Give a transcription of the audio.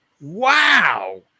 Wow